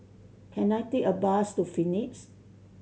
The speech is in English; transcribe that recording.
can I take a bus to Phoenix